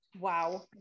wow